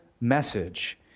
message